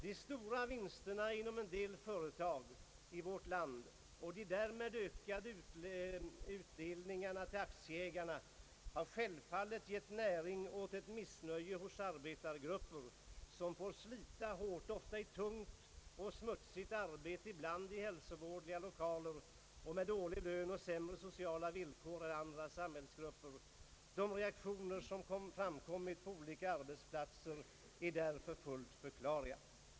De stora vinsterna inom en del företag i vårt land och de därmed ökade utdelningarna till aktieägarna har självfallet gett näring åt ett missnöje hos arbetargrupper som får slita hårt och tungt i ett smutsigt arbete, ibland i hälsovådliga lokaler och med dålig lön samt sämre sociala villkor än andra samhällsgrupper. De reaktioner som framkommit på olika arbetsplatser är därför fullt förklarliga.